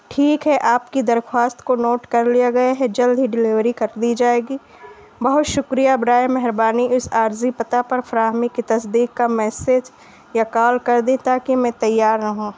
ٹھیک ہے آپ کی درخواست کو نوٹ کر لیا گئے ہے جلد ہی ڈیلیوری کر دی جائے گی بہت شکریہ برائے مہربانی اس عارضی پتہ پر فراہمی کی تصدیق کا میسیج یا کال کر دیے تاکہ میں تیار رہوں